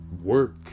work